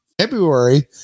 February